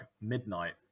midnight